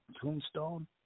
tombstone